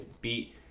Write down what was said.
beat